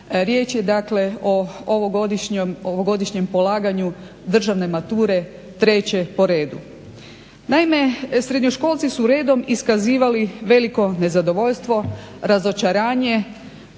Riječ je dakle o ovogodišnjem polaganju državne mature treće po redu. Naime, srednjoškolci su redom iskazivali veliko nezadovoljstvo, razočaranje,